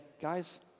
guys